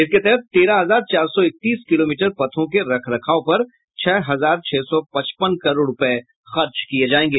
इसके तहत तेरह हजार चार सौ इकतीस किलोमीटर पथों के रख रखाब पर छह हजार छह सौ पचपन करोड़ रूपये खर्च किये जायेंगे